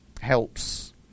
helps